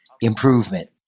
improvement